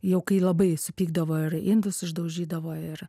jau kai labai supykdavo ir indus išdaužydavo ir